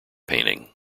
painting